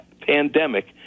pandemic